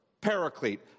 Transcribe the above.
paraclete